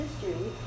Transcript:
history